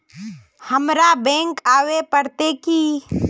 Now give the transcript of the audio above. हमरा बैंक आवे पड़ते की?